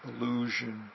illusion